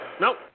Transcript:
Nope